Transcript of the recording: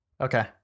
Okay